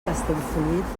castellfollit